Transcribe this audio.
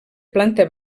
planta